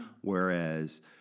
Whereas